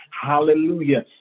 Hallelujah